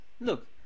look